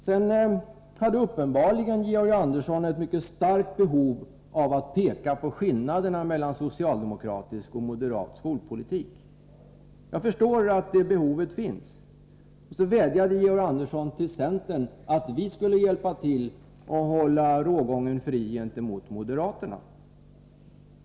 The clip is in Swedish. Georg Andersson kände vidare ett mycket starkt behov av att peka på skillnaderna mellan socialdemokratisk och moderat skolpolitik. Jag förstår att det behovet finns. Georg Andersson vädjade också till oss i centern att hjälpa till att hålla rågången mot moderaterna fri.